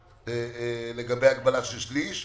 לגבי הגבלה של שליש.